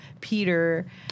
Peter